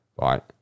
right